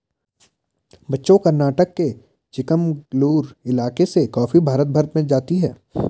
बच्चों कर्नाटक के चिकमंगलूर इलाके से कॉफी भारत भर में जाती है